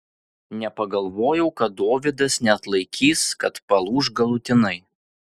nepagalvojau kad dovydas neatlaikys kad palūš galutinai